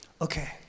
Okay